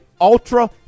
ultra